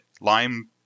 lime